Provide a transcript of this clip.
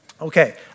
Okay